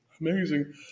Amazing